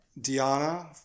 Diana